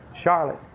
Charlotte